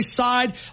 side